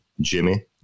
Jimmy